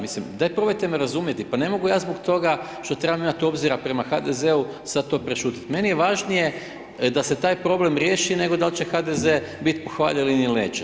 Mislim, daj probajte me razumjeti, pa ne mogu ja zbog toga što trebam imati obzira prema HDZ-u sad to prešutjeti, meni je važnije da se taj problem riješi nego da li će HDZ biti pohvaljen ili neće.